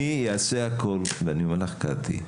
אני אעשה הכל ואני אומר לך קטי,